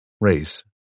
Race